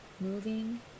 moving